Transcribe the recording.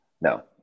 no